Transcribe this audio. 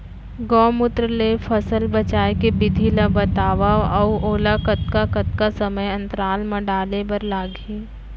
गौमूत्र ले फसल बचाए के विधि ला बतावव अऊ ओला कतका कतका समय अंतराल मा डाले बर लागही?